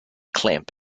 clamp